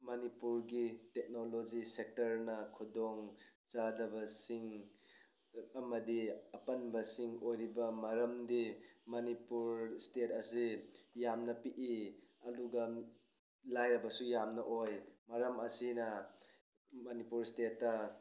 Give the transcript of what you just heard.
ꯃꯅꯤꯄꯨꯔꯒꯤ ꯇꯦꯛꯅꯣꯂꯣꯖꯤ ꯁꯦꯛꯇꯔꯅ ꯈꯨꯗꯣꯡ ꯆꯥꯗꯕꯁꯤꯡ ꯑꯃꯗꯤ ꯑꯄꯟꯕꯁꯤꯡ ꯑꯣꯏꯔꯤꯕ ꯃꯔꯝꯗꯤ ꯃꯅꯤꯄꯨꯔ ꯁꯇꯦꯠ ꯑꯁꯤ ꯌꯥꯝꯅ ꯄꯤꯛꯏ ꯑꯗꯨꯒ ꯂꯥꯏꯔꯕꯁꯨ ꯌꯥꯝꯅ ꯑꯣꯏ ꯃꯔꯝ ꯑꯁꯤꯅ ꯃꯅꯤꯄꯨꯔ ꯁꯇꯦꯠꯇ